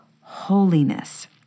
holiness